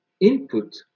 input